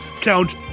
Count